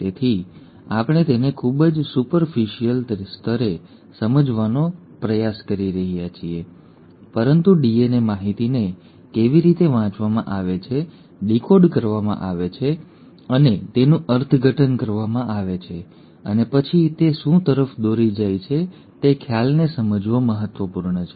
તેથી અમે તેને ખૂબ જ સુપરફિસિયલ સ્તરે સમજવાનો પ્રયાસ કરી રહ્યા છીએ પરંતુ DNA માહિતીને કેવી રીતે વાંચવામાં આવે છે ડીકોડ કરવામાં આવે છે અને તેનું અર્થઘટન કરવામાં આવે છે અને પછી તે શું તરફ દોરી જાય છે તે ખ્યાલને સમજવો મહત્વપૂર્ણ છે